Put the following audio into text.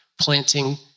planting